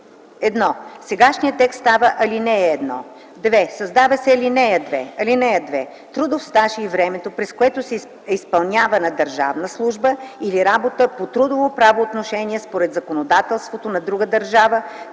Досегашният текст става ал. 1. 2. Създава се ал. 2: „(2) Трудов стаж е и времето, през което е изпълнявана държавна служба или работа по трудово правоотношение според законодателството на друга държава